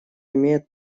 имеет